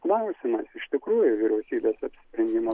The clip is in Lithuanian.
klausimas iš tikrųjų vyriausybės apsisprendimo